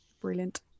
brilliant